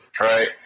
right